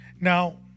Now